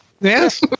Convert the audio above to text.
yes